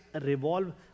revolve